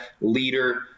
leader